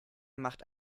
macht